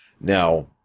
Now